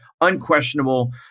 Unquestionable